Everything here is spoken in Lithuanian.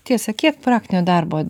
tiesa kiek praktinio darbo